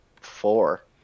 Four